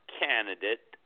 candidate